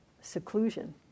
seclusion